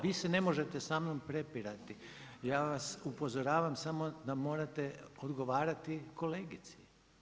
Vi se ne možete sa mnom prepirati, ja vas upozoravam samo da morate odgovarati kolegici.